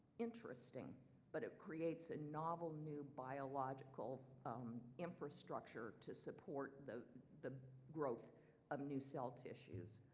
interesting but it creates a novel new biological um infrastructure to support the the growth of new cell tissues.